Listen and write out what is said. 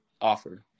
offer